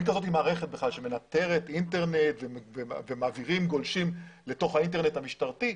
אין מערכת הזאת שמנטרת אינטרנט ומעבירים גולשים לתוך האינטרנט המשטרתי.